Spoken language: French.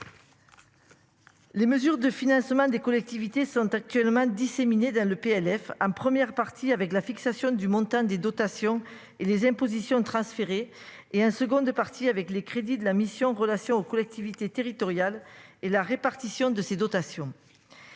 Les mesures de financement des collectivités sont actuellement disséminés dans le PNF hein. Première partie avec la fixation du montant des dotations et les impositions transférer et 1 seconde partie avec les crédits de la mission Relations aux collectivités territoriales et la répartition de ces dotations.